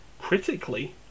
critically